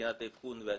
מבחינת האבחון והטיפול.